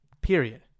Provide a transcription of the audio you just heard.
Period